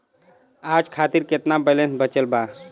आज खातिर केतना बैलैंस बचल बा?